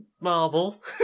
Marble